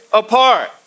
apart